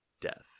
death